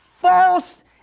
false